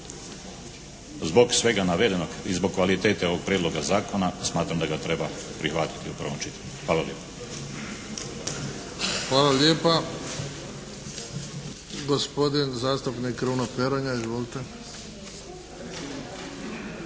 Zbog svega navedenog i zbog kvalitete ovog prijedloga zakona smatram da ga treba prihvatiti u prvom čitanju. Hvala lijepa. **Bebić, Luka (HDZ)** Hvala lijepa. Gospodin zastupnik Kruno Peronja. Izvolite.